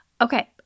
Okay